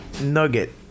nugget